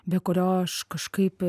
be kurio aš kažkaip